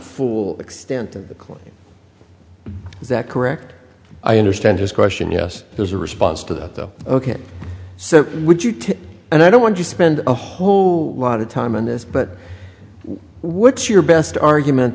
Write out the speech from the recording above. full extent of the claim is that correct i understand his question yes there's a response to that though ok so would you to and i don't want to spend a whole lot of time on this but what's your best argument